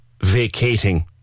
vacating